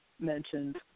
mentioned